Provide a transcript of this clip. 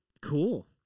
Cool